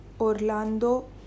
orlando